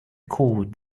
cord